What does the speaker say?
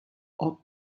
ought